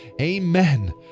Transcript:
Amen